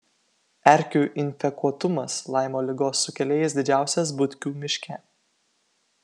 erkių infekuotumas laimo ligos sukėlėjais didžiausias butkių miške